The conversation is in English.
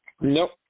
Nope